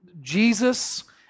Jesus